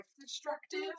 destructive